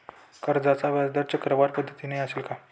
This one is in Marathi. कर्जाचा व्याजदर चक्रवाढ पद्धतीने असेल का?